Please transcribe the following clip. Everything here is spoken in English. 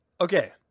Okay